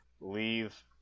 leave